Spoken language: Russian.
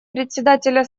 председателя